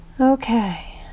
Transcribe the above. Okay